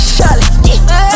Charlotte